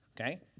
Okay